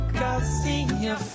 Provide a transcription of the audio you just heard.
casinha